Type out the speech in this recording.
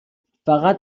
فقط